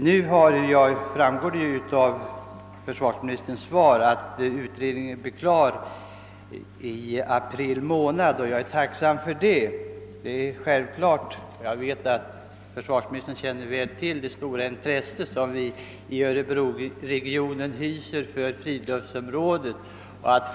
Nu framgår det av statsrådets svar att utredningen blir klar i april månad, och jag är tacksam för det. Jag vet att försvarsministern känner väl till det stora intresse som vi i örebroregionen hyser för det aktuella fritidsområdet.